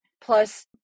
plus